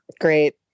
Great